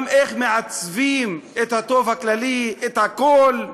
גם איך מעצבים את הטוב הכללי, את הכול.